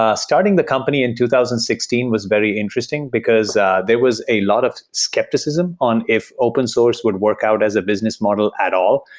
ah starting the company in two thousand and sixteen was very interesting, because there was a lot of skepticism on if open source would work out as a business model at all,